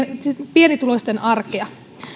pienituloisten arkea